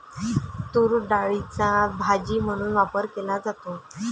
तूरडाळीचा भाजी म्हणून वापर केला जातो